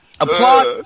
Applaud